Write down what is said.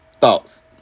Thoughts